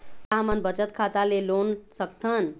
का हमन बचत खाता ले लोन सकथन?